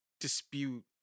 dispute